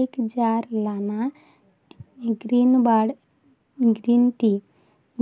ଏକ ଜାର୍ ଲାନା ଗ୍ରୀନ୍ବାର୍ଡ଼୍ ଗ୍ରୀନ୍ ଟି